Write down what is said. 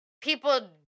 People